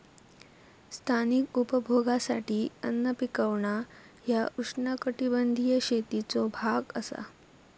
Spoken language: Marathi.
स्थानिक उपभोगासाठी अन्न पिकवणा ह्या उष्णकटिबंधीय शेतीचो भाग असा